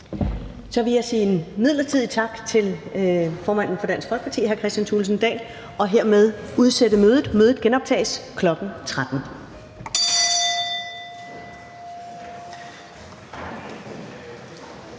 Så vil jeg sige en midlertidig tak til formanden for Dansk Folkeparti, hr. Kristian Thulesen Dahl, og hermed udsætte mødet. Mødet genoptages kl. 13.00.